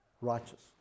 righteous